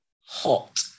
hot